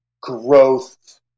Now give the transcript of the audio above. growth